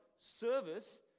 service